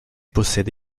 possède